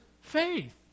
faith